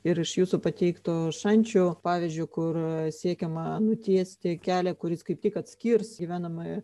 ir iš jūsų pateikto šančių pavyzdžio kur siekiama nutiesti kelią kuris kaip tik atskirs gyvenamąjį